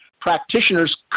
practitioners